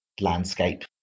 landscape